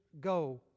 go